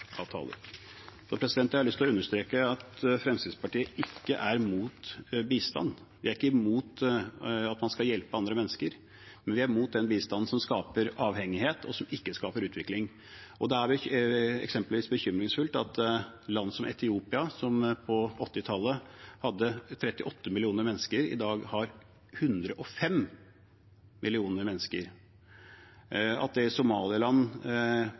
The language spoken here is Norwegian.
Jeg har lyst til å understreke at Fremskrittspartiet ikke er imot bistand. Vi er ikke imot at man skal hjelpe andre mennesker, men vi er imot den bistanden som skaper avhengighet, og som ikke skaper utvikling. Det er eksempelvis bekymringsfullt at et land som Etiopia, som på 1980-tallet hadde 38 millioner mennesker, i dag har 105 millioner mennesker, og at det bare i